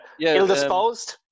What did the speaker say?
Ill-disposed